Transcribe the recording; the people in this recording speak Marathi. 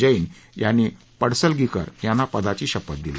जैन यांनी पडसलगीकर यांना पदाची शपथ दिली